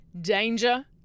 danger